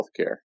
healthcare